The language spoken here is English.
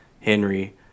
Henry